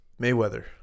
Mayweather